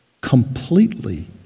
completely